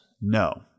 No